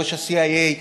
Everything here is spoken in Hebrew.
ראש ה-CIA,